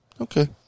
okay